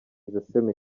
iseseme